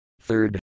third